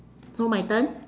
so my turn